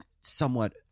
somewhat